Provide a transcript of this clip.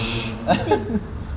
bising